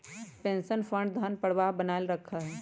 pension fund धन प्रवाह बनावल रखा हई